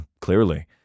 clearly